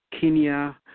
Kenya